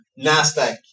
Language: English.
Nasdaq